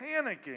panicking